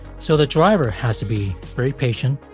so the driver has to be very patient,